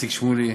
איציק שמולי,